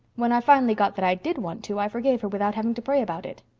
when i finally got that i did want to i forgave her without having to pray about it.